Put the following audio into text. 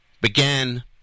began